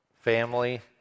family